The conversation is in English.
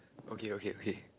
okay okay okay